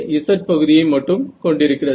J z பகுதியை மட்டும் கொண்டிருக்கிறது